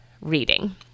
reading